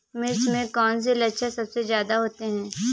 मिर्च में कौन से लक्षण सबसे ज्यादा होते हैं?